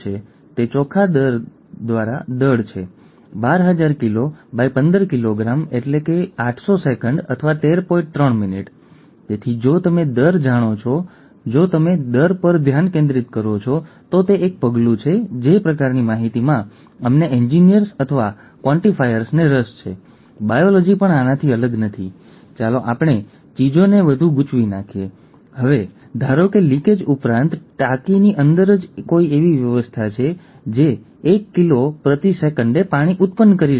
જો તેમાં ફેરફાર કરવામાં આવે તો માત્ર એક ફેરફારથી પ્રોટીનના વિવિધ પેટા એકમોના કિસ્સામાં એક અલગ સંરચના વિવિધ ત્રિપરિમાણીય ફોલ્ડિંગ થઈ શકે છે અને આપણને હિમોગ્લોબિનનો અણુ મળે છે જે સરળતાથી સ્ફટિકીકૃત થઈ શકે છે તો તેમાં સામાન્ય હિમોગ્લોબિન અણુની જેમ ઓક્સિજન વહન કરવાની ક્ષમતા નહીં હોય